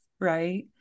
right